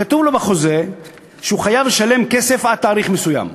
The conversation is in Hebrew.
כתוב לו בחוזה שהוא חייב לשלם כסף עד לתאריך מסוים.